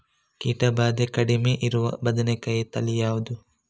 ಕೀಟ ಭಾದೆ ಕಡಿಮೆ ಇರುವ ಬದನೆಕಾಯಿ ತಳಿ ಯಾವುದು?